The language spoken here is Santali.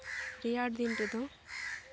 ᱨᱮᱭᱟᱲ ᱫᱤᱱ ᱨᱮᱫᱚ